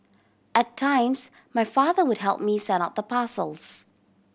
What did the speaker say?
at times my father would help me send out the parcels